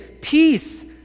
peace